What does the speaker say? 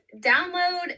Download